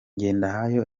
ngendahayo